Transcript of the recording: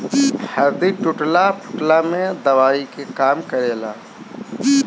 हरदी टूटला फुटला में दवाई के काम करेला